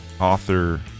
author